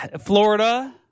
Florida